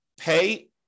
pay